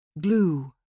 Glue